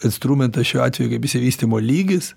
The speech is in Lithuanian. instrumentą šiuo atveju kaip išsivystymo lygis